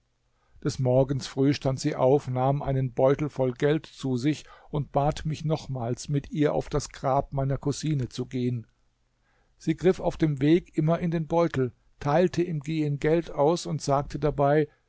des morgens früh stand sie auf nahm einen beutel voll geld zu sich und bat mich nochmals mit ihr auf das grab meiner cousine zu geben sie griff auf dem weg immer in den beutel teilte im gehen geld aus und sagte dabei